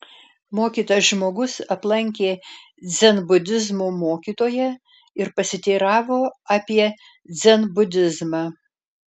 mokytas žmogus aplankė dzenbudizmo mokytoją ir pasiteiravo apie dzenbudizmą